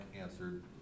answered